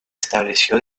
estableció